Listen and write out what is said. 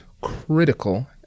critical